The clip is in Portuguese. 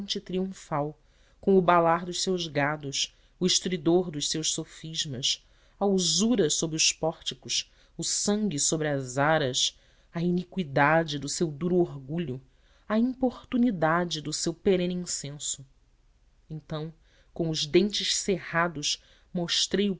triunfal com o balar dos seus gados o estridor dos seus sofismas a usura sob os pórticos o sangue sob as aras a iniqüidade do seu duro orgulho a importunidade do seu perene incenso então com os dentes cerrados mostrei